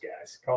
guys